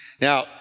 Now